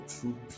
true